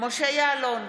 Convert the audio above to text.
משה יעלון,